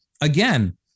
again